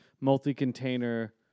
multi-container